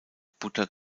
butter